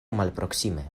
malproksime